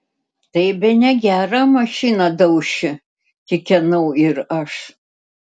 tai bene gerą mašiną dauši kikenau ir aš